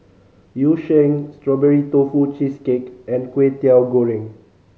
Yu Sheng Strawberry Tofu Cheesecake and Kway Teow Goreng